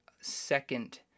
second